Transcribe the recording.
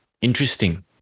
Interesting